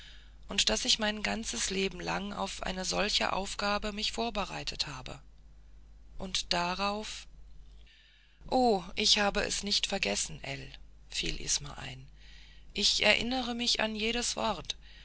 und daß ich mein ganzes leben lang auf eine solche aufgabe mich vorbereitet habe und darauf oh ich habe es nicht vergessen ell fiel isma ein ich erinnere mich an jedes wort